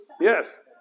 Yes